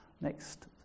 Next